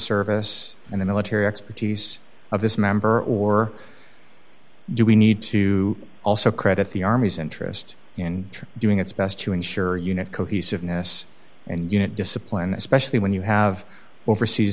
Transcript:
service and the military expertise of this member or do we need to also credit the army's interest in doing its best to ensure unit cohesiveness and unit discipline especially when you have overseas